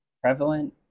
prevalent